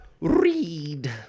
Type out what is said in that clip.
Read